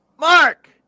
Mark